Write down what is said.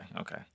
okay